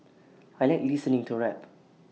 I Like listening to rap